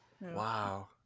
wow